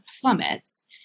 plummets